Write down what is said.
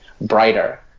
brighter